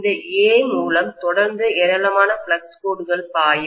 இந்த A மூலம் தொடர்ந்து ஏராளமான ஃப்ளக்ஸ் கோடுகள் பாயும்